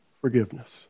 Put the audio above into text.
forgiveness